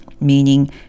meaning